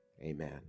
Amen